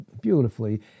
beautifully